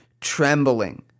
trembling